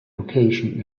location